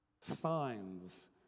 signs